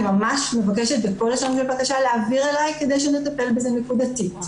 אני מבקשת בכל לשון של בקשה להעביר אלי כדי שנטפל בזה נקודתית.